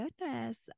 goodness